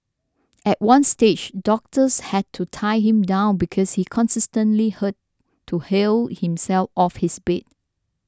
at one stage doctors had to tie him down because he constantly her to hurl himself off his bed